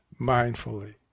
mindfully